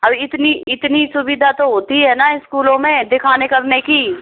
अब इतनी इतनी सुविधा तो होती है ना स्कूलों में दिखाने करने की